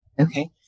Okay